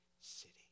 city